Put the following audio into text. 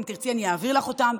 ואם תרצי אני אעביר לך אותן,